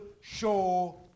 show